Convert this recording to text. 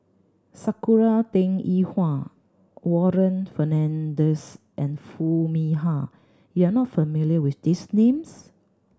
Sakura Teng Ying Hua Warren Fernandez and Foo Mee Har you are not familiar with these names